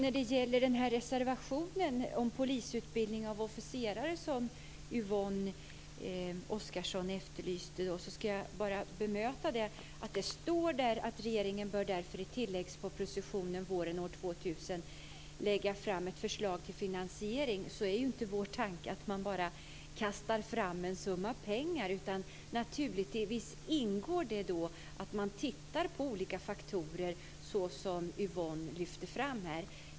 Fru talman! När det gäller reservationen om polisutbildning av officerare som Yvonne Oscarsson efterlyste, ska jag bara bemöta detta med att säga att det där står att regeringen i tilläggspropositionen våren år 2000 därför bör lägga fram ett förslag till finansiering. Då är ju inte vår tanke att man bara kastar fram en summa pengar. Naturligtvis ingår det då att man tittar på olika faktorer, vilket Yvonne Oscarsson lyfte fram.